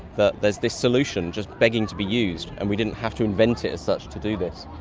that there's this solution just begging to be used and we didn't have to invent it as such to do this.